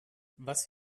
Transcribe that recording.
was